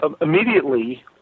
immediately